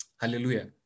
Hallelujah